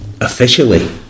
officially